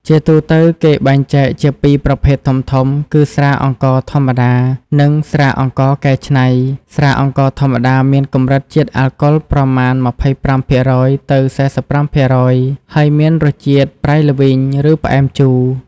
ជាទូទៅ គេបែងចែកជាពីរប្រភេទធំៗគឺ ស្រាអង្ករធម្មតា និង ស្រាអង្ករកែច្នៃ។ ស្រាអង្ករធម្មតាមានកម្រិតជាតិអាល់កុលប្រមាណ ២៥% ទៅ ៤៥% ហើយមានរសជាតិប្រៃល្វីង ឬផ្អែមជូរ។